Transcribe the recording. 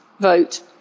vote